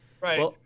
Right